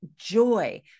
joy